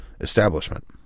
establishment